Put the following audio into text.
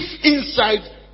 inside